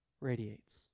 radiates